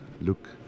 look